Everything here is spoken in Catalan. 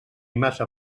massa